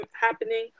happening